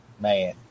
Man